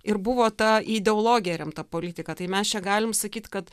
ir buvo ta ideologija remta politika tai mes čia galim sakyt kad